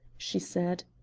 she said.